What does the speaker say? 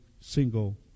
single